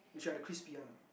which one the crispy one ah